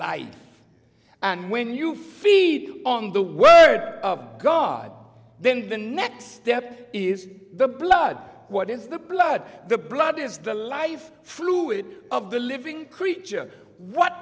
life and when you feed on the way of god then the next step is the blood what is the blood the blood is the life fluid of the living creature what